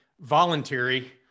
voluntary